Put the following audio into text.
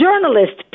Journalists